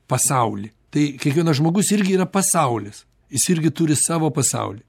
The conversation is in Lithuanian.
pasaulį tai kiekvienas žmogus irgi yra pasaulis jis irgi turi savo pasaulį